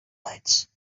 lights